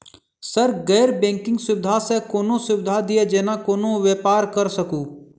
Sir गैर banking सुविधा सँ कोनों सुविधा दिए जेना कोनो व्यापार करऽ सकु?